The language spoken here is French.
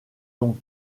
donc